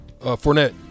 Fournette